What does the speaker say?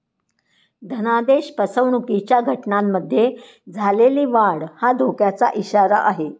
धनादेश फसवणुकीच्या घटनांमध्ये झालेली वाढ हा धोक्याचा इशारा आहे